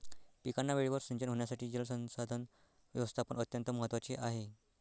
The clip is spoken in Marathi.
पिकांना वेळेवर सिंचन होण्यासाठी जलसंसाधन व्यवस्थापन अत्यंत महत्त्वाचे आहे